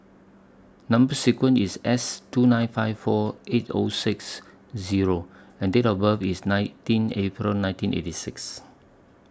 Number sequence IS S two nine five four eight O six Zero and Date of birth IS nineteen April nineteen eighty six